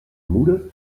moeder